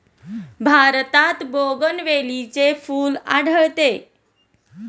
भारतात बोगनवेलीचे फूल आढळते